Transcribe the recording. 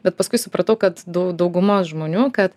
bet paskui supratau kad dau dauguma žmonių kad